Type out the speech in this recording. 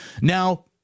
Now